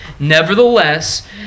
Nevertheless